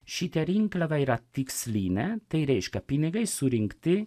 šita rinkliava yra tiksline tai reiškia pinigai surinkti